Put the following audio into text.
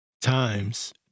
Times